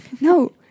No